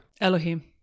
Elohim